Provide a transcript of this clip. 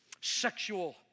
sexual